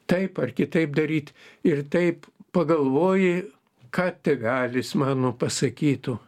taip ar kitaip daryt ir taip pagalvoji ką tėvelis mama pasakytų